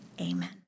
amen